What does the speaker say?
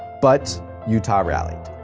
but utah rallied.